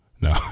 no